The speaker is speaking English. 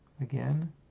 again